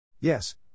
Yes